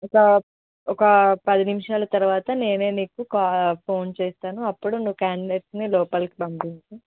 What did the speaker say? ఒక ఒక పది నిమిషాలు తరువాత నేనే నీకు కా ఫోన్ చేస్తాను అప్పుడు నువ్వు క్యాండిడేట్ని లోపలకి పంపించు